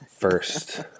First